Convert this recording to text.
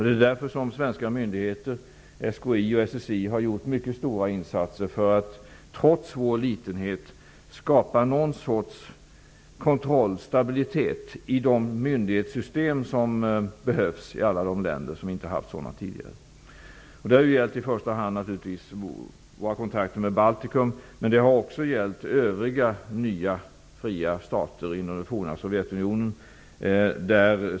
Det är därför som svenska myndigheter, SKI och SSI, har gjort mycket stora insatser -- trots vår litenhet -- för att skapa någon sorts kontroll och stabilitet i de myndighetssystem som behövs i alla de länder som inte haft sådana tidigare. Det har naturligtvis i första hand gällt kontakter med Baltikum, men också med övriga nya, fria stater inom det forna Sovjetunionen.